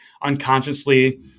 unconsciously